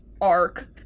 arc